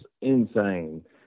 insane